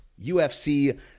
UFC